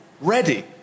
ready